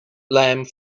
lamp